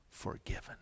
forgiven